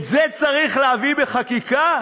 את זה צריך להביא בחקיקה?